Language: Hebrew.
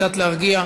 קצת להרגיע.